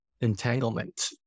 entanglement